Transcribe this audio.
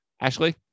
Ashley